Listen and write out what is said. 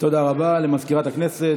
תודה רבה למזכירת הכנסת.